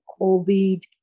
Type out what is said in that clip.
COVID